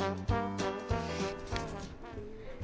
end